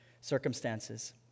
circumstances